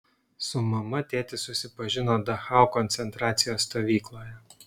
su mama tėtis susipažino dachau koncentracijos stovykloje